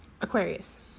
Aquarius